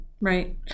Right